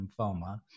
lymphoma